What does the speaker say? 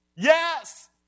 Yes